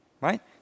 Right